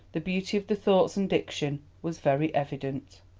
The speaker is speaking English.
the beauty of the thoughts and diction was very evident.